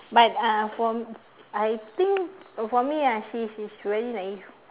but uh for I think for me ah she is really naive